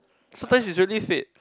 sometimes is very fact